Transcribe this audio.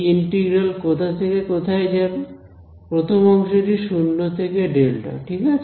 এই ইন্টিগ্রাল কোথা থেকে কোথায় যাবে প্রথম অংশটি শূন্য থেকে Δ ঠিক আছে